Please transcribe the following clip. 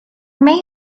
may